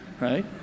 right